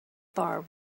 bar